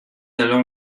alors